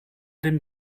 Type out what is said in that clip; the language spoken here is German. den